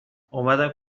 اومدم